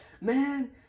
Man